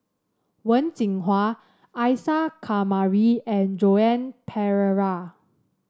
Wen Jinhua Isa Kamari and Joan Pereira